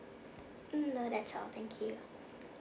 mm no that's all thank you